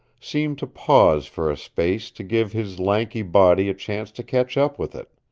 seemed to pause for a space to give his lanky body a chance to catch up with it.